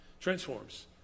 transforms